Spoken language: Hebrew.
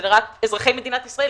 זה לרעת אזרחי מדינת ישראל,